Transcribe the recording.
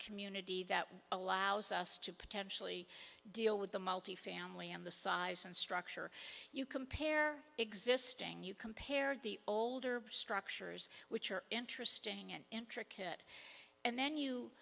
community that allows us to potentially deal with the multifamily and the size and structure you compare existing you compared the older structures which are interesting and intricate and then you